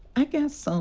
i guess so.